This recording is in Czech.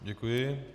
Děkuji.